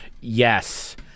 Yes